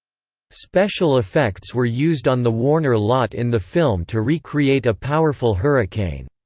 special effects were used on the warner lot in the film to re-create a powerful hurricane.